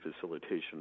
facilitation